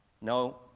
no